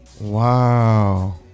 Wow